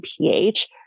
pH